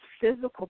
physical